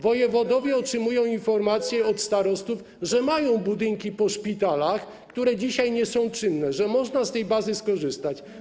Wojewodowie otrzymują informacje od starostów, że mają budynki po szpitalach, które dzisiaj nie są czynne, że można z tej bazy skorzystać.